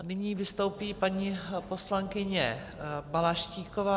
Nyní vystoupí paní poslankyně Balaštíková.